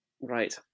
right